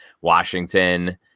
Washington